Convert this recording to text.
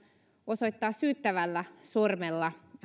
osoittaa syyttävällä sormella